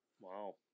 wow